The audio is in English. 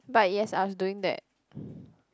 but yes I was doing that